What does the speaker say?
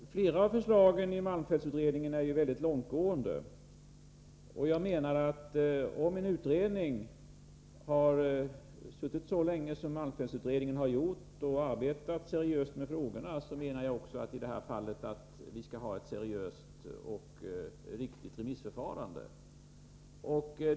Herr talman! Flera av förslagen i malmfältsutredningen är mycket långtgående. Om en utredning har suttit så länge som malmfältsutredningen har gjort och arbetat seriöst med frågorna, menar jag att vi också skall ha ett seriöst och riktigt remissförfarande.